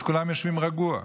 אז כולם יושבים רגוע.